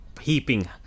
heaping